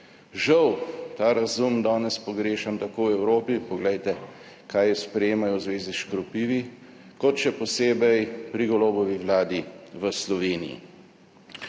Žal ta razum danes pogrešam tako v Evropi. Poglejte, kaj sprejemajo v zvezi s škropivi, kot še posebej pri Golobovi vladi v Sloveniji.